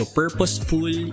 purposeful